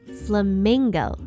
flamingo